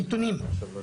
נתונים.